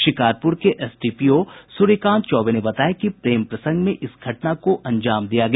शिकारपुर के एसडीपीओ सूर्यकांत चौबे ने बताया कि प्रेम प्रसंग में इस घटना को अंजाम दिया गया